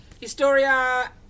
Historia